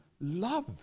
love